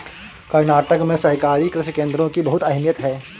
कर्नाटक में सहकारी कृषि केंद्रों की बहुत अहमियत है